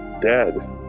dead